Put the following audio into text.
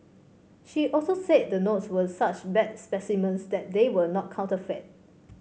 she also said the notes were such bad specimens that they were not counterfeit